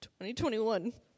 2021